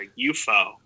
UFO